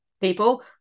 people